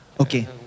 Okay